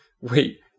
wait